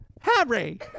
Harry